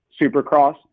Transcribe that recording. Supercross